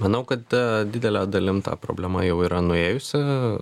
manau kad ta didelia dalim ta problema jau yra nuėjusi